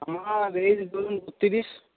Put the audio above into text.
আমার এজ ধরুন তিরিশ